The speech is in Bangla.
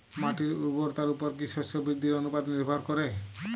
মাটির উর্বরতার উপর কী শস্য বৃদ্ধির অনুপাত নির্ভর করে?